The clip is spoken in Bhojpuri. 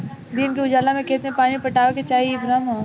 दिन के उजाला में खेत में पानी पटावे के चाही इ भ्रम ह